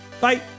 Bye